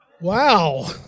Wow